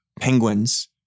penguins